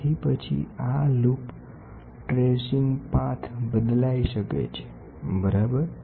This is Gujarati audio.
તેથી પછી આ લૂપમાં ટ્રેસીંગ પાથ બદલાઈ શકે છે બરાબર